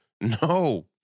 No